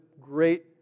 great